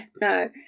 no